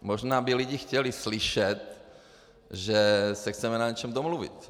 Možná by lidé chtěli slyšet, že se chceme na něčem domluvit.